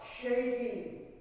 shaking